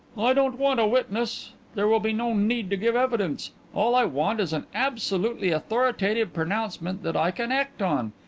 i don't want a witness there will be no need to give evidence. all i want is an absolutely authoritative pronouncement that i can act on.